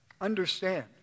understand